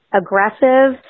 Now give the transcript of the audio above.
aggressive